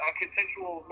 consensual